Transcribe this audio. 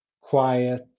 quiet